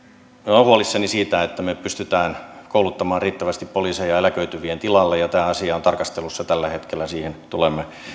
olen huolissani siitä pystymmekö kouluttamaan riittävästi poliiseja eläköityvien tilalle tämä asia on tarkastelussa tällä hetkellä ja siihen tulemme